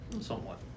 somewhat